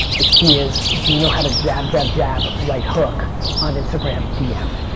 the key is do you know how to jab, jab, jab, right hook on instagram dm.